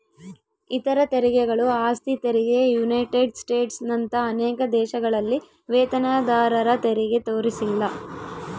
ಇತರ ತೆರಿಗೆಗಳು ಆಸ್ತಿ ತೆರಿಗೆ ಯುನೈಟೆಡ್ ಸ್ಟೇಟ್ಸ್ನಂತ ಅನೇಕ ದೇಶಗಳಲ್ಲಿ ವೇತನದಾರರತೆರಿಗೆ ತೋರಿಸಿಲ್ಲ